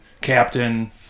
captain